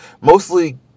mostly